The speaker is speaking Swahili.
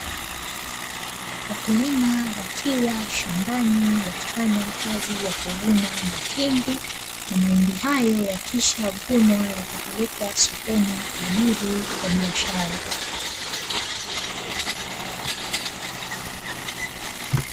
Wakulima wakiwa shambani wakifanya kazi ya kuvuna mahindi na mahindi, hayo yakisha vunwa yatapelekwa sokoni kwa ajili ya biashara.